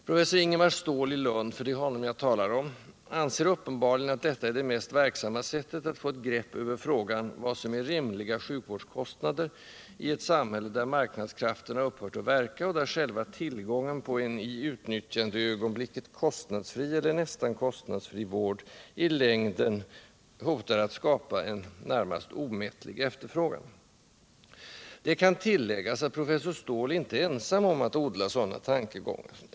Professor Ingemar Ståhl i Lund, för det är honom jag talar om, anser uppenbarligen att detta är det mest verksamma sättet att få ett grepp över frågan vad som är rimliga sjukvårdskostnader i ett samhälle, där marknadskrafterna upphört att verka och där själva tillgången på en i utnyttjandcögonblicket kostnadsfri eller nästan kostnadsfri vård i längden hotar skapa en närmast omättlig efterfrågan. Det kan tilläggas att professor Ståhl inte är ensam om att odla sådana tankegångar.